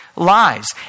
Lies